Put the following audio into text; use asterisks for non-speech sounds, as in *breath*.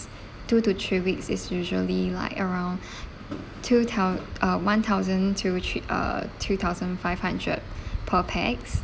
two to three weeks is usually like around *breath* two thou~ uh one thousand to three uh two thousand five hundred *breath* per pax